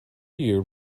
you